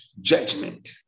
judgment